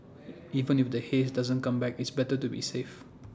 even if the haze doesn't come back it's better to be safe